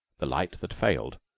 the light that failed,